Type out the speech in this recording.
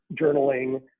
journaling